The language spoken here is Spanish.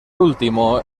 último